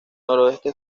noroeste